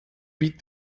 beat